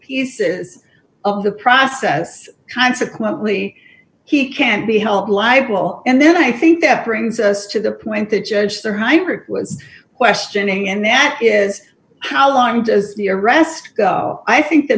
pieces of the process consequently he can't be held liable and then i think that brings us to the point that judge their hybrid was questioning and that is how long does the arrest i think the